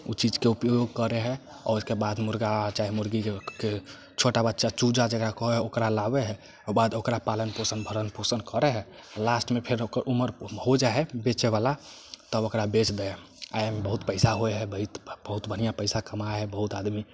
ओ चिजके उपयोग करै हइ आ ओहिके बाद मुर्गा चाहे मुर्गीके छोटा बच्चा चूजा जेकरा कहै हइ ओकरा लाबै हइ ओकरा बाद ओकरा पालन पोषण भरण पोषण करै हइ लास्टमे फेर ओकर उमर हो जाइ हइ बेचे बला तब ओकरा बेच दै हइ काहे एहिमे बहुत पैसा होइ हइ बहुत बढ़िऑं पैसा कमाइ हइ बहुत आदमी